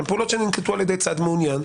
הן פעולות שננקטו על ידי צד מעוניין.